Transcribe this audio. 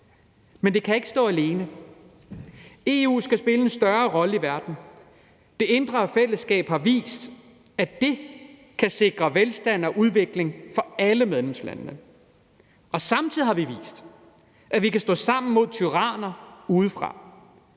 Men det kan ikke stå alene. EU skal spille en større rolle i verden. Det indre fællesskab har vist, at det kan sikre velstand og udvikling for alle medlemslandene. Samtidig har vi vist, at vi kan stå sammen mod tyranner udefra